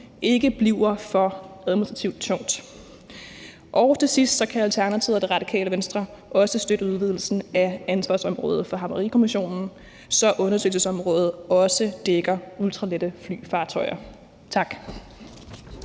ikke bliver for administrativt tung. Til sidst kan Alternativet og Radikale Venstre også støtte udvidelsen af ansvarsområdet for Havarikommissionen, så undersøgelsesområdet også dækker ultralette flyfartøjer. Tak.